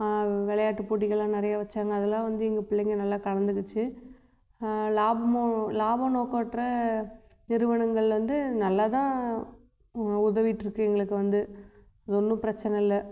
விளையாட்டு போட்டிகள்லாம் நிறையா வைச்சாங்க அதெல்லாம் வந்து எங்கள் பிள்ளைங்க நல்லா கலந்துக்கிச்சு லாபமும் லாபம் நோக்கம் அற்ற நிறுவனங்கள் வந்து நல்லா தான் உதவிட்டுருக்கு எங்களுக்கு வந்து அது ஒன்றும் பிரச்சனை இல்லை